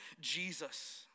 Jesus